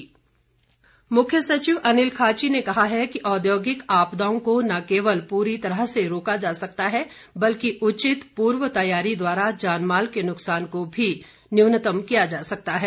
मुख्य सचिव मुख्य सचिव अनिल खाची ने कहा है कि औद्योगिक आपदाओं को न केवल पूरी तरह से रोका जा सकता है बल्कि उचित पूर्व तैयारी के द्वारा जानमाल के नुकसान को भी न्यूनतम किया जा सकता है